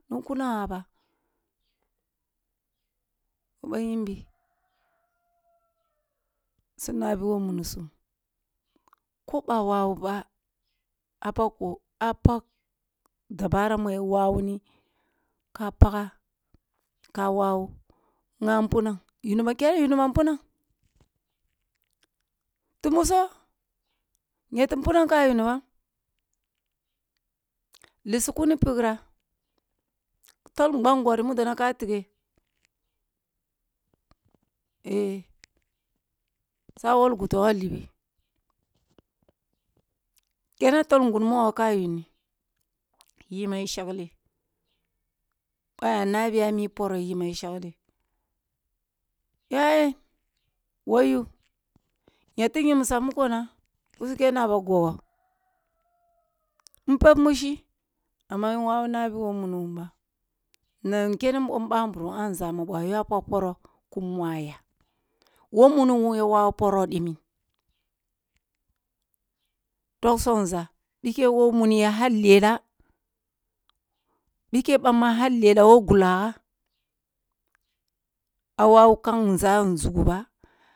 Nikunaga ba bayimbi sun gabi who munisum ko bwa wawu ba a pag dabara muya wawuni ka pakka ka wawu, nga pun am, ke yunibam punam, timmuso, nyoti punam ka yunnibam, lissi ke tighe eh sawol gotogoh libi, kene tol ngun mogoh ka yuni yima i shagleh boh aya nabiya a mi poro yi ma bo ma i shagle, yayen, wayu, nyoti nyim misa mukona kusu kenna a ba guggo, mpeb mushi amma nwawu nabi who muniwum ba na nicene nbom pak poro ki mwa ya who muniwun ya wawu poroh dimin togsogh nzah bike bamma her lela wo gulago, ah wawu kank nzah nzugu bah.